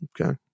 Okay